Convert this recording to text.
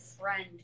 friend